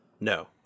No